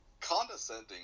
condescending